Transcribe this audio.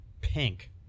pink